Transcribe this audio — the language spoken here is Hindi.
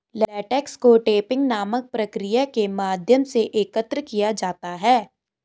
लेटेक्स को टैपिंग नामक प्रक्रिया के माध्यम से एकत्र किया जाता है